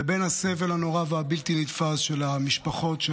לבין הסבל הנורא והבלתי-נתפס של המשפחות של